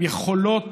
יכולות